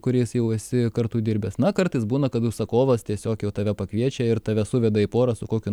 kuriais jau esi kartu dirbęs na kartais būna kad užsakovas tiesiog jau tave pakviečia ir tave suveda į porą su kokiu